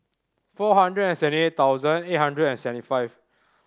four hundred and seventy eight thousand eight hundred and seventy five